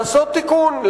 לעשות תיקון,